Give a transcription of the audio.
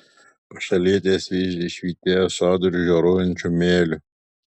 pašalietės vyzdžiai švytėjo sodriu žioruojančiu mėliu